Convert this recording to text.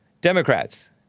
Democrats